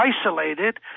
isolated